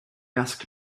asked